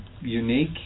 unique